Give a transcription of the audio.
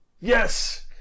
Yes